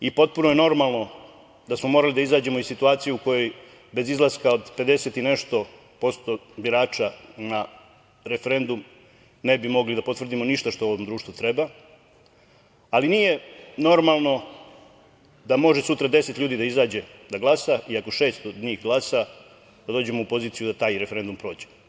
Potpuno je normalno da smo morali da izađemo iz situacije u kojoj bez izlaska od 50 i nešto posto birača na referendum ne bi mogli da potvrdimo ništa što ovom društvu treba, ali nije normalno da može sutra deset ljudi da izađe da glasa i ako šest od njih glasa da dođemo u poziciju da taj referendum prođe.